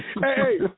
Hey